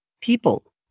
people